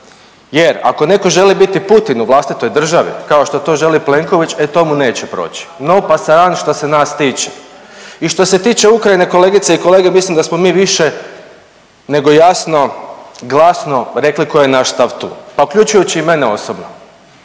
jer ako netko želi biti Putin u vlastitoj državi kao što to želi Plenković, e to mu neće proći, no pasaran što se nas tiče. I što se tiče Ukrajine kolegice i kolege mislim da smo mi više nego jasno, glasno rekli koji je naš stav tu pa uključujući i mene osobno.